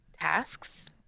tasks